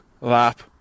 lap